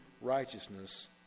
righteousness